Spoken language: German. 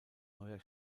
neuer